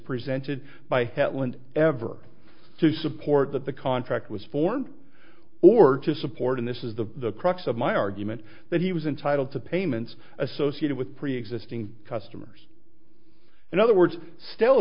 presented by hetland ever to support that the contract was formed or to support and this is the crux of my argument that he was entitled to payments associated with preexisting customers in other words stall